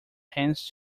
hands